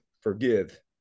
forgive